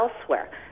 elsewhere